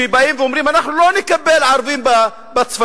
שבאים ואומרים: אנחנו לא נקבל ערבים בצפת,